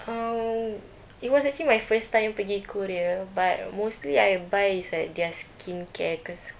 um it was actually my first time pergi korea but mostly I buy is like their skincare cause